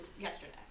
yesterday